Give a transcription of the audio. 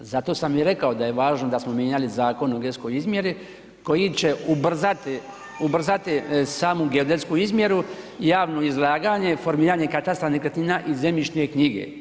Zato sam i rekao da je važno da smo mijenjali Zakon o geodetskoj izmjeri koji će ubrzati, ubrzati samu geodetsku izmjeru, javno izlaganje, formiranje katastra nekretnina i zemljišne knjige.